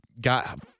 got